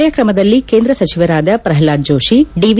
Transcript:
ಕಾರ್ಯಕ್ರಮದಲ್ಲಿ ಕೇಂದ್ರ ಸಚಿವರಾದ ಪ್ರಹ್ಲಾದ್ ಜೋಶಿ ಡಿವಿ